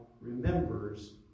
remembers